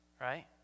right